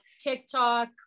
TikTok